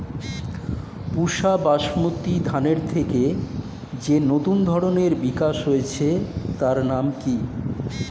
পুসা বাসমতি ধানের থেকে যে নতুন ধানের বিকাশ হয়েছে তার নাম কি?